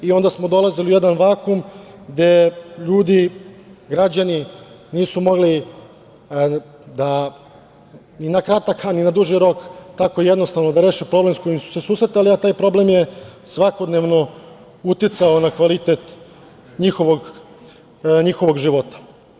Onda smo dolazili u jedan vakum gde ljudi, građani nisu mogli da i na kratak i na duži rok tako jednostavno da reše problem s kojim su se susretali, a taj problem je svakodnevno uticao na kvalitet njihovog života.